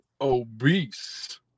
obese